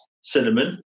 cinnamon